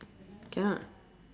cannot